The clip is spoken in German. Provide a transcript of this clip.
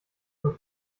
von